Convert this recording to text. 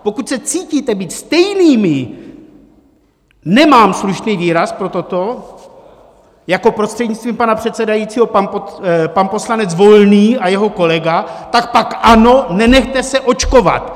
Pokud se cítíte být stejnými nemám slušný výraz pro toto jako prostřednictvím pana předsedajícího pan poslanec Volný a jeho kolega, tak pak ano, nenechte se očkovat!